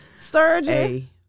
Surgeon